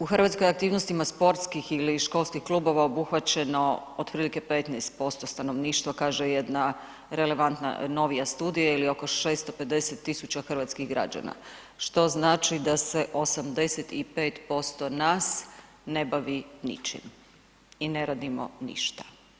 U hrvatskim aktivnostima sportskih ili školskih klubova obuhvaćeno otprilike 15% stanovništva, kaže jedna relevantna novija studija ili oko 650 tisuća hrvatskih građana, što znači da se 85% nas ne bavi ničim i ne radi ništa.